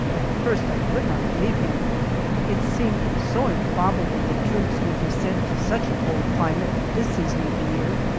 at first i could not believe him it seemed so improbable that troops would be sent to such a cold climate at this season of the year,